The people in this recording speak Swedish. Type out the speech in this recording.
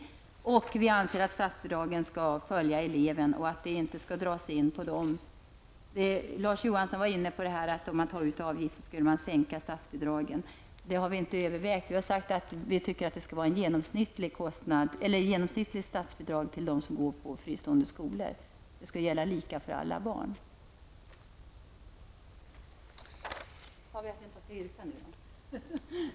Vi anser att statsbidragen skall följa eleven och att man inte skall dra in på dem. Larz Johansson var inne på detta att om man tar ut avgifter skall man sänka statsbidraget. Vi har inte övervägt det. Vi har sagt att vi tycker att det skall vara ett genomsnittligt statsbidrag till dem som går i fristående skolor. Det skall vara lika för alla barn.